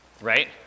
Right